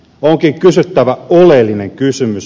onkin kysyttävä oleellinen kysymys